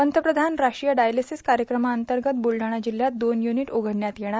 पंतप्रधान राष्ट्रीय डायलेसीस कायक्रमातंगत ब्लडाणा जिल्ह्यात दोन यूनीट उघडण्यात येणार